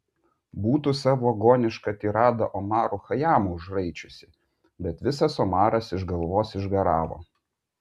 būtų savo agonišką tiradą omaru chajamu užraičiusi bet visas omaras iš galvos išgaravo